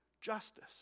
justice